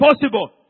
possible